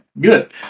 good